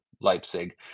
Leipzig